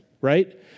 right